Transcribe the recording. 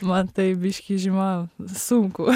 man tai biškį žiema sunku